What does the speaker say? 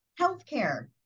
Healthcare